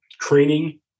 training